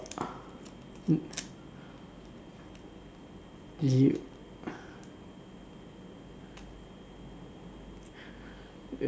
you